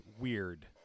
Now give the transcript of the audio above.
weird